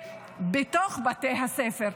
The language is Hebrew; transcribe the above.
בחצרות הבתים ובתוך בתי הספר.